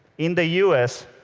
in the u s,